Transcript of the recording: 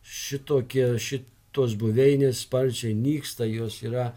šitokie šitos buveinės sparčiai nyksta jos yra